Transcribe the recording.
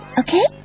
okay